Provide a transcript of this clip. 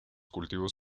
cultivos